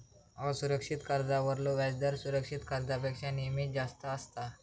असुरक्षित कर्जावरलो व्याजदर सुरक्षित कर्जापेक्षा नेहमीच जास्त असता